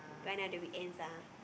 one of the weekends ah